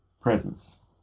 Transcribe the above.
presence